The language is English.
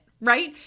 right